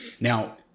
Now